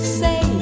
say